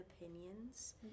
opinions